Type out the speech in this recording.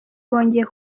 bongeye